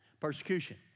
Persecution